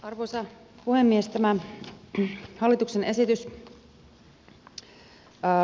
arvoisa puhemies